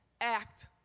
act